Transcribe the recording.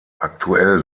aktuell